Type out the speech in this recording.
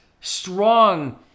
strong